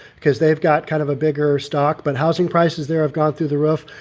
because they've got kind of a bigger stock, but housing prices there have gone through the roof.